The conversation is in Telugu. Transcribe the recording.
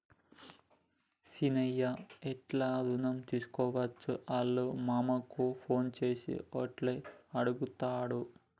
సీనయ్య ఎట్లి రుణం తీసుకోవచ్చని ఆళ్ళ మామకు ఫోన్ చేసి ఓటే అడుగుతాండు